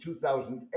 2008